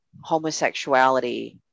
homosexuality